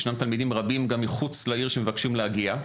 ישנם תלמידים רבים גם מחוץ לעיר שמבקשים להגיע,